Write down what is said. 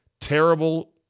Terrible